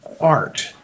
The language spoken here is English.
art